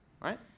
right